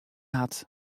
hat